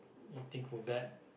you think for that